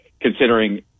considering